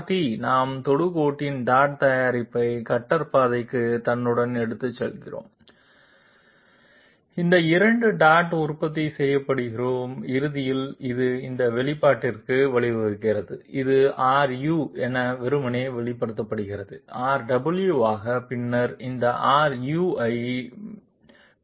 Rt நாம் தொடுகோட்டின் dot தயாரிப்பை கட்டர் பாதைக்கு தன்னுடன் எடுத்துச் செல்கிறோம் இந்த இரண்டு டாட் உற்பத்தி செய்யப்படுகிறோம் இறுதியில் இது இந்த வெளிப்பாட்டிற்கு வழிவகுக்கிறது ⁄ இது Ru என வெறுமனே வெளிப்படுத்தப்படுகிறது ⁄ Rw ஆக பின்னர் இந்த Ru ஐ பெருக்குகிறோம்